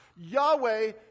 Yahweh